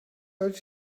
oeddet